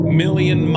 million